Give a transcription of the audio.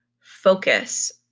focus